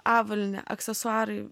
avalynė aksesuarai